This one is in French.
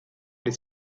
les